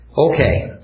Okay